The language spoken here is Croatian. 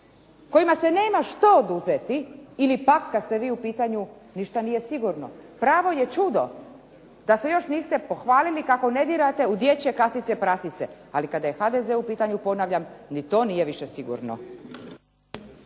kojima se nema što oduzeti ili pak kad ste vi u pitanju ništa nije sigurno. Pravo je čudo da se još niste pohvalili kako ne dirate u dječje kasice prasice, ali kada je HDZ u pitanju ponavljam, ni to nije više sigurno.